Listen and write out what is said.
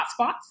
hotspots